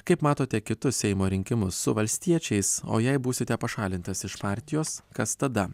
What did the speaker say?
kaip matote kitus seimo rinkimus su valstiečiais o jei būsite pašalintas iš partijos kas tada